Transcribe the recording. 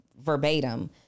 verbatim